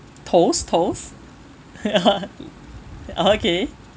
toes toes okay